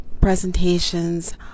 presentations